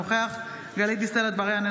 אינו נוכח גלית דיסטל אטבריאן,